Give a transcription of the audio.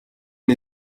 and